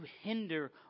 hinder